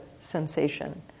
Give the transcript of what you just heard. sensation